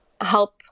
help